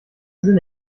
sinn